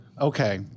Okay